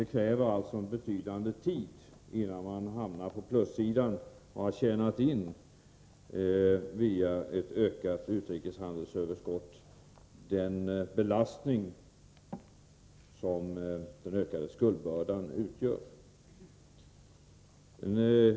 Det kräver alltså en betydande tid, innan man hamnar på plussidan och har tjänat in, via ett ökat utrikeshandelsöverskott, den belastning som den ökade skuldbördan utgör.